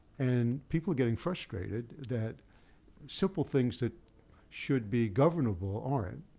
and people are getting frustrated that simple things that should be governable, aren't.